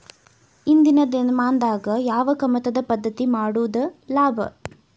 ಇಂದಿನ ದಿನಮಾನದಾಗ ಯಾವ ಕಮತದ ಪದ್ಧತಿ ಮಾಡುದ ಲಾಭ?